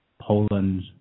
Poland